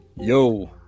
Yo